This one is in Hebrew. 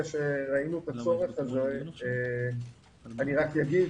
אני רק אגיד,